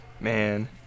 man